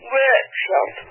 workshop